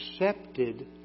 accepted